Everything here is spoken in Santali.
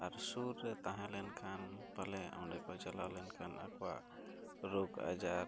ᱟᱨ ᱥᱩᱨ ᱨᱮ ᱛᱟᱦᱮᱸ ᱞᱮᱱᱠᱷᱟᱱ ᱯᱟᱞᱮᱫ ᱚᱸᱰᱮ ᱠᱚ ᱪᱟᱞᱟᱣ ᱞᱮᱱᱠᱷᱟᱱ ᱟᱠᱚᱣᱟᱜ ᱨᱳᱜᱽᱼᱟᱡᱟᱨ